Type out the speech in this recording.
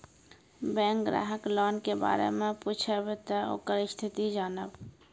Bank ग्राहक loan के बारे मैं पुछेब ते ओकर स्थिति जॉनब?